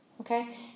Okay